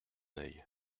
oeil